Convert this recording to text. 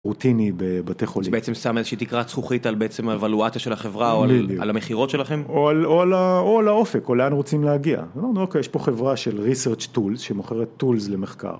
רוטיני בבתי חולים. אז בעצם שמה איזושהי תקרת זכוכית על בעצם האבלואציה של החברה או על המכירות שלכם? או על האופק, או לאן רוצים להגיע. אמרנו אוקיי, יש פה חברה של research tools, שמוכרת tools למחקר.